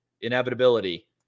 inevitability